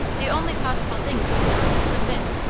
the only possible thing, signore. submit.